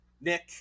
Nick